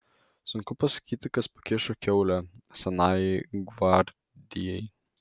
sunku pasakyti kas pakišo kiaulę senajai gvardijai